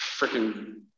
freaking